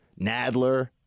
Nadler